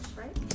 Right